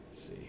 see